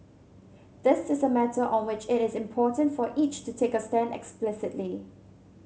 this is a matter on which it is important for each to take a stand explicitly